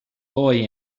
boy